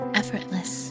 effortless